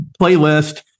playlist